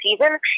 season